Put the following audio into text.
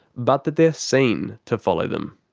but that they're seen to follow them.